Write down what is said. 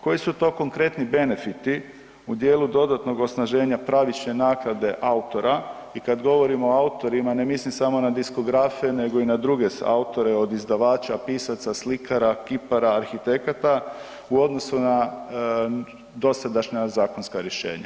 Koji su to konkretni benefiti u dijelu dodatnog osnaženja pravične naknade autora i kad govorimo o autorima ne mislim samo na diskografe nego i na druge autore od izvođača, pisaca, slikara, kipara, arhitekata u odnosu na dosadašnja zakonska rješenja?